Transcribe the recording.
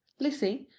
lizzy,